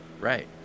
Right